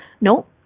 No